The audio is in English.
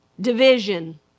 division